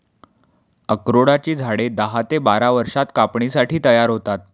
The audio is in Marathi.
अक्रोडाची झाडे दहा ते बारा वर्षांत कापणीसाठी तयार होतात